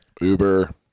Uber